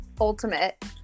Ultimate